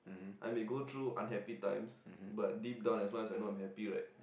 and they go through unhappy times but deep down as long as I'm not unhappy right